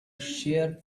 shear